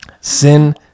Sin